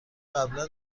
قبلا